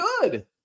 good